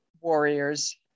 warriors